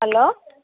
hello